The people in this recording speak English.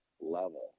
level